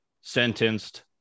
sentenced